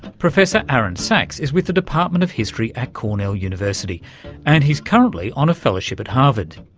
professor aaron sachs is with the department of history at cornell university and he's currently on a fellowship at harvard.